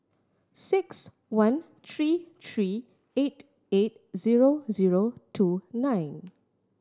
six one three three eight eight zero zero two nine